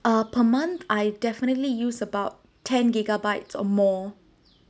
err per month I definitely use about ten gigabytes or more